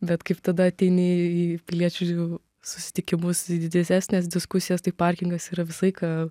bet kaip tada ateini į piliečių susitikimus į didesnes diskusijas tai parkingas yra visą laiką